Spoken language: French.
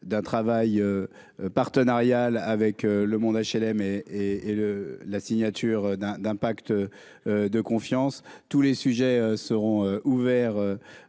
d'un travail partenarial avec le monde HLM et et et le la signature d'un d'un pacte de confiance tous les sujets seront ouverts